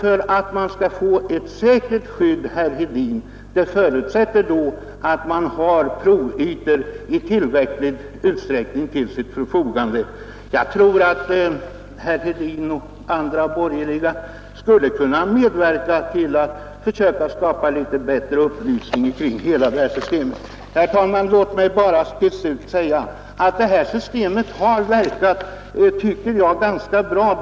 Skall man få ett säkert skydd, herr Hedin, måste man ha tillräckligt med provytor. Jag tror att herr Hedin och andra borgerliga ledamöter skulle kunna medverka till att skapa bättre upplysning kring hela detta system. Herr talman! Låt mig till slut bara säga att detta system enligt min mening har verkat ganska bra.